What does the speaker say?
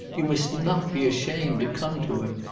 you must not be ashamed to come to him!